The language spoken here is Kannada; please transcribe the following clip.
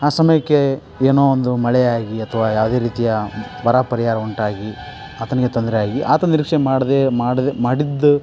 ಆ ಸಮಯಕ್ಕೆ ಏನೋ ಒಂದು ಮಳೆ ಆಗಿ ಅಥವಾ ಯಾವುದೆ ರೀತಿಯ ಬರ ಪರಿಹಾರ ಉಂಟಾಗಿ ಆತನಿಗೆ ತೊಂದರೆ ಆಗಿ ಆತ ನಿರೀಕ್ಷೆ ಮಾಡದೆ ಮಾಡದೆ ಮಾಡಿದ್ದ